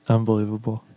Unbelievable